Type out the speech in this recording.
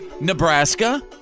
Nebraska